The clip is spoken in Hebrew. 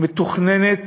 מתוכננת